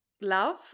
Love